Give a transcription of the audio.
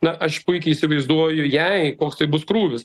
na aš puikiai įsivaizduoju jai koks tai bus krūvis